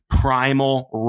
primal